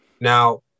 Now